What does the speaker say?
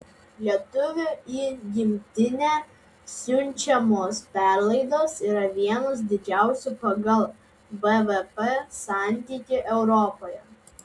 lietuvių į gimtinę siunčiamos perlaidos yra vienos didžiausių pagal bvp santykį europoje